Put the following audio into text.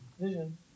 vision